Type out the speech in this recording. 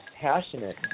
passionate